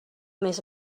més